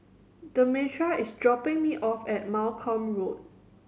Demetra is dropping me off at Malcolm Road